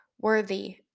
worthy